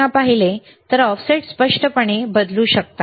म्हणून आपण पुन्हा पाहिले तर आपण ऑफसेट स्पष्टपणे बदलू शकता